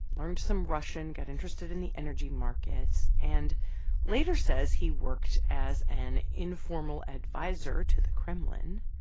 learned some russian, got interested in the energy markets and later says he worked as an informal adviser to the kremlin.